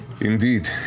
Indeed